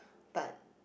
but